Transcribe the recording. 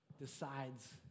decides